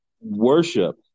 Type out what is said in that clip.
worship